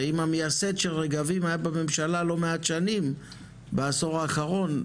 הרי אם המייסד של רגבים היה בממשלה לא מעט שנים בעשור האחרון,